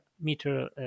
meter